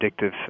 addictive